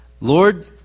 Lord